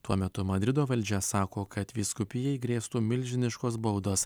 tuo metu madrido valdžia sako kad vyskupijai grėstų milžiniškos baudos